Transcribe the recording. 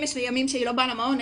אם יש לה ימים שהיא לא באה למעון,